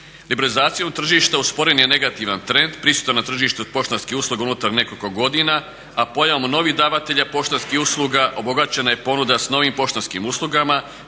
Liberalizacijom tržišta usporen je negativan trend prisutan na tržištu poštanskih usluga unutar nekoliko godina, a pojavom novih davatelja poštanskih usluga obogaćena je ponuda s novim poštanskim uslugama,